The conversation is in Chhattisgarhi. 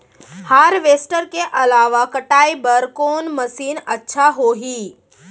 हारवेस्टर के अलावा कटाई बर कोन मशीन अच्छा होही?